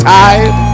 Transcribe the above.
time